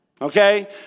Okay